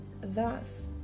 thus